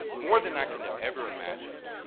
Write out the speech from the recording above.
more than i could have ever imagined.